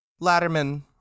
Latterman